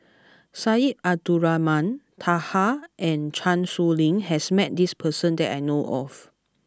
Syed Abdulrahman Taha and Chan Sow Lin has met this person that I know of